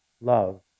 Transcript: love